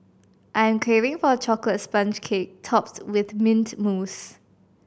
I am craving for a chocolate sponge cake topped with mint mousse